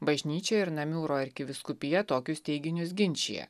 bažnyčia ir namiūro arkivyskupija tokius teiginius ginčija